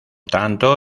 tanto